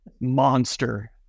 Monster